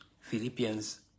Philippians